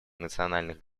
национальных